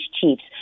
chiefs